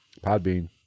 Podbean